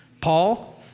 Paul